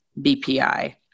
BPI